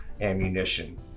ammunition